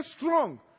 strong